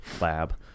lab